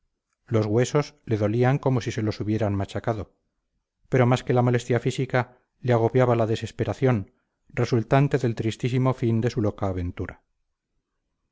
los huesos le dolían como si se los hubieran machacado pero más que la molestia física le agobiaba la desesperación resultante del tristísimo fin de su loca aventura